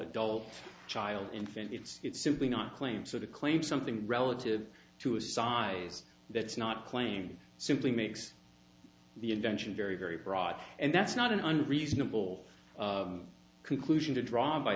adult child infant it's simply not claims that a claim something relative to a size that's not claim simply makes the invention very very broad and that's not an unreasonable conclusion to dr